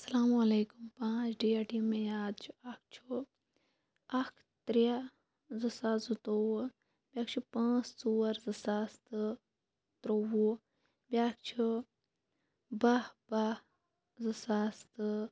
اَسَلامُ علیکُم پانٛژھ ڈیٹ یِم مےٚ یاد چھِ اکھ چھُ اکھ ترٛےٚ زٕ ساس زٕتووُہ بیاکھ چھُ پانٛژھ ژور زٕ ساس تہٕ تٕرووُہ بیاکھ چھُ بہہ بہہ زٕ ساس تہٕ